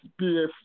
PF